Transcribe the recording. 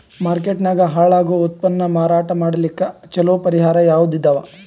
Market ನಾಗ ಹಾಳಾಗೋ ಉತ್ಪನ್ನ ಮಾರಾಟ ಮಾಡಲಿಕ್ಕ ಚಲೋ ಪರಿಹಾರ ಯಾವುದ್ ಇದಾವ?